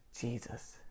Jesus